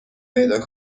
پیدا